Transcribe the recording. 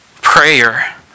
Prayer